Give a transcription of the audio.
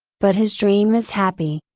but his dream is happy.